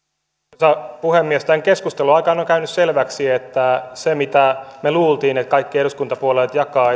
arvoisa puhemies tämän keskustelun aikana on käynyt selväksi että vaikka me luulimme eduskuntavaalien alla että kaikki eduskuntapuolueet jakavat